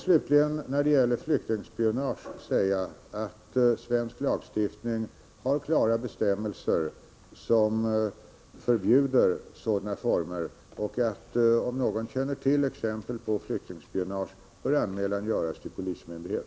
Slutligen vill jag när det gäller flyktingspionage säga att svensk lagstiftning har klara bestämmelser som förbjuder sådana former. Om någon känner till exempel på flyktingspionage bör anmälan göras till polismyndighet.